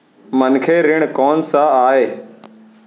मनखे ऋण कोन स आय?